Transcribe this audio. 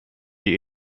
die